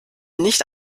nicht